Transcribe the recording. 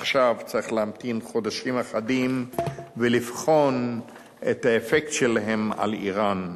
עכשיו צריך להמתין חודשים אחדים ולבחון את האפקט שלהן על אירן.